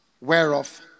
whereof